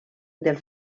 del